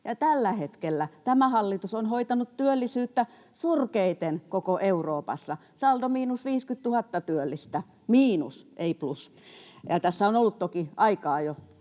tällä hetkellä tämä hallitus on hoitanut työllisyyttä surkeiten koko Euroopassa, saldo miinus 50 000 työllistä — miinus, ei plus — ja tässä on ollut toki aikaa jo